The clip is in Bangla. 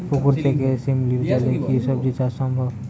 পুকুর থেকে শিমলির জলে কি সবজি চাষ সম্ভব?